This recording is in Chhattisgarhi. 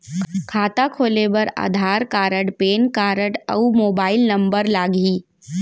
खाता खोले बार का का लागही?